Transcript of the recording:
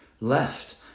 left